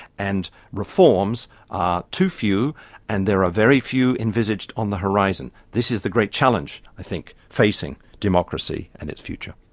and reforms ah too few and there are very few envisioned on the horizon. this is the great challenge i think facing democracy and its future.